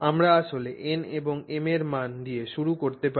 আমরা আসলে n এবং m এর মান দিয়ে শুরু করতে পারি